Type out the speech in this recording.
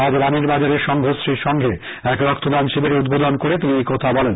আজ রানীরবাজারে সংঘশ্রী সংঘে এক রক্তদান শিবিরের উদ্বোধন করে তিনি এই কথা বলেন